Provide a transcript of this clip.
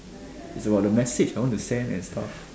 it's about the message I want to send and stuff